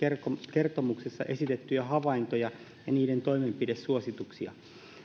kertomuksessa esitettyjä havaintoja ja niiden toimenpidesuosituksia